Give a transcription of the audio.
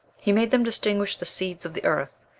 he made them distinguish the seeds of the earth,